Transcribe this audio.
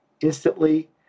instantly